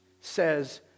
says